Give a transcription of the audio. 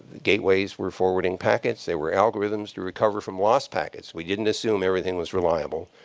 gateways were forwarding packets. there were algorithms to recover from lost packets. we didn't assume everything was reliable.